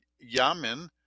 Yamin